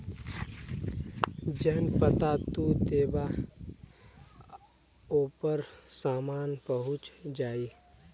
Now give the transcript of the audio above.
जौन पता तू देबा ओपर सामान पहुंच जाई